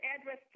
address